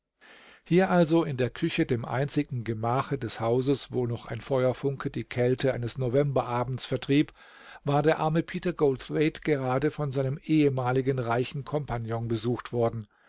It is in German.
hier also in der küche dem einzigen gemache des hauses wo noch ein feuerfunke die kälte eines novemberabends vertrieb war der arme peter goldthwaite gerade von seinem ehemaligen reichen compagnon besucht worden